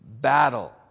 battle